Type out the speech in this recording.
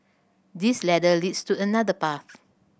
this ladder leads to another path